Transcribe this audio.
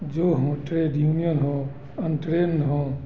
जो हों trade union हों अनट्रेंड हों